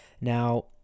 Now